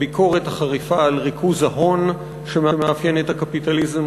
הביקורת החריפה על ריכוז ההון שמאפיין את הקפיטליזם.